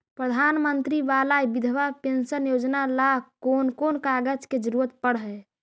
प्रधानमंत्री बाला बिधवा पेंसन योजना ल कोन कोन कागज के जरुरत पड़ है?